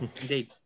Indeed